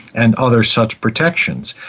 and other such protections.